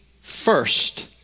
first